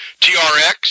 TRX